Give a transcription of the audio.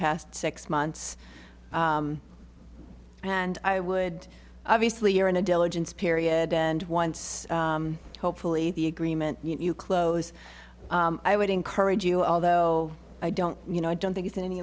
past six months and i would obviously you're in a diligence period and once hopefully the agreement you close i would encourage you although i don't you know i don't think it's